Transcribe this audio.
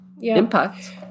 impact